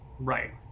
Right